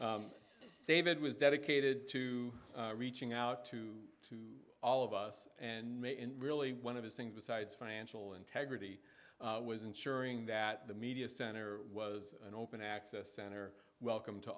david was dedicated to reaching out to to all of us and really one of his things besides financial integrity was ensuring that the media center was an open access center welcome to